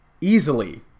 easily